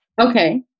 okay